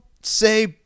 say